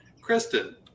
Kristen